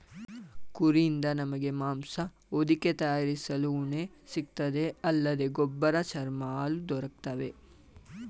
ಕುರಿಯಿಂದ ನಮಗೆ ಮಾಂಸ ಹೊದಿಕೆ ತಯಾರಿಸಲು ಉಣ್ಣೆ ಸಿಗ್ತದೆ ಅಲ್ಲದೆ ಗೊಬ್ಬರ ಚರ್ಮ ಹಾಲು ದೊರಕ್ತವೆ